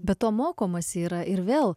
be to mokomasi yra ir vėl